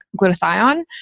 glutathione